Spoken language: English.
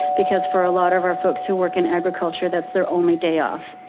because for a lot of our folks who work in agriculture, that's their only day off.